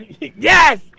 Yes